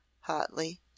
hotly